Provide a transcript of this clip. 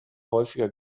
häufiger